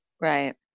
right